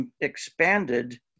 expanded